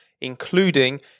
including